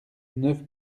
neuf